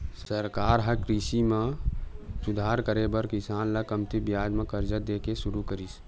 सरकार ह कृषि म सुधार करे बर किसान ल कमती बियाज म करजा दे के सुरू करिस